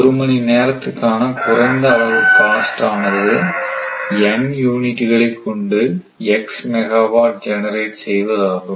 ஒரு மணி நேரத்துக்கான குறைந்த அளவு காஸ்ட் ஆனது N யூனிட்டுகளை கொண்டு x மெகாவாட் ஜெனரேட் செய்வதாகும்